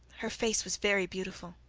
her face was very beautiful,